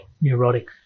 Neurotic